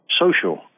social